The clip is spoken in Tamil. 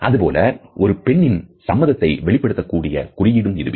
அதுபோலவே ஒரு பெண்ணின் சம்மதத்தை வெளிப்படுத்தக்கூடிய குறியீடும் இதுவே